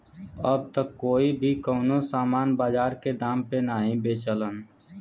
अब त कोई भी कउनो सामान बाजार के दाम पे नाहीं बेचलन